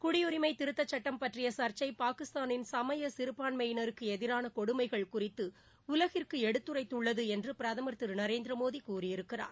குடியுரிமை திருத்தச் சட்டம் பற்றிய சர்ச்சை பாகிஸ்தானின் சமய சிறுபான்மையினருக்கு எதிரான கொடுமைகள் குறித்து உலகிற்கு எடுத்துரைத்துள்ளது என்று பிரதமர் திரு நரேந்திர மோடி கூறியிருக்கிறார்